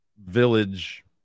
village